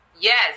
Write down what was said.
Yes